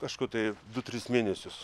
kažkur tai du tris mėnesius